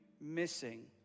missing